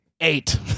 eight